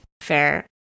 Fair